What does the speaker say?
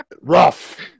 Rough